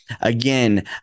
again